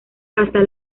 hasta